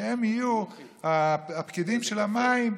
שיהיו הפקידים של המים,